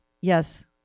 Yes